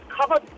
covered